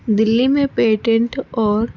دہلی میں پیٹنٹ اور